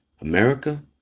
America